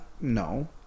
No